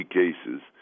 cases